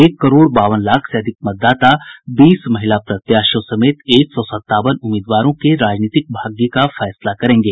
एक करोड़ बावन लाख से अधिक मतदाता बीस महिला प्रत्याशियों समेत एक सौ सतावन उम्मीदवारों के राजनीतिक भाग्य का फैसला करेंगे